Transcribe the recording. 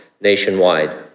nationwide